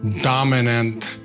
dominant